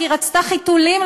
היא רצתה להוציא חיתולים,